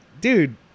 dude